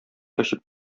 очып